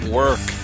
work